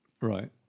Right